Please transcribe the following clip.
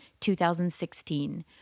2016